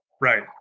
right